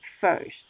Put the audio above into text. first